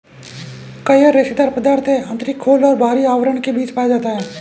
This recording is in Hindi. कयर रेशेदार पदार्थ है आंतरिक खोल और बाहरी आवरण के बीच पाया जाता है